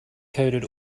coated